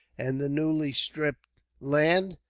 and the newly stripped land.